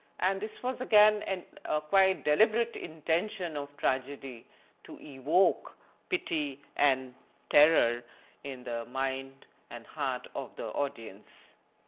and this was again and a quite deliberate intention of tragedy to evoke pity and terror in the mind and heart of the audience.